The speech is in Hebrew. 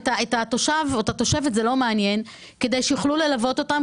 את התושב או את התושבת זה לא מעניין כדי שיוכלו ללוות אותם,